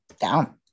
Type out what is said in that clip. down